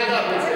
תודה, אדוני השר.